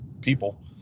people